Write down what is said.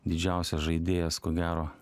didžiausias žaidėjas ko gero